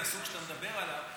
מהסוג שאתה מדבר עליו,